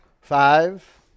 Five